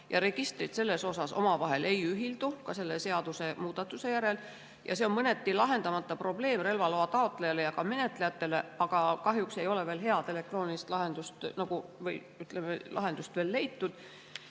ja registrid selles osas omavahel ei ühildu ka selle seadusemuudatuse järel. See on mõneti lahendamata probleem relvaloa taotlejale ja ka menetlejatele, aga kahjuks ei ole veel head elektroonilist lahendust leitud.